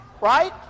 right